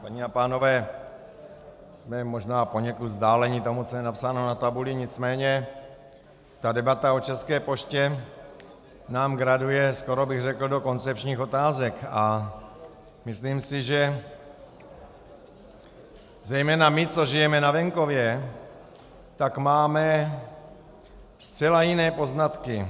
Paní a pánové, jsme možná poněkud vzdáleni tomu, co je napsáno na tabuli, nicméně debata o České poště nám graduje skoro bych řekl do koncepčních otázek a myslím si, že zejména my, co žijeme na venkově, tak máme zcela jiné poznatky.